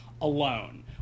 alone